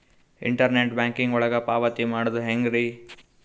Internet banking ಒಳಗ ಪಾವತಿ ಮಾಡೋದು ಹೆಂಗ್ರಿ?